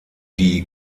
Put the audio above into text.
die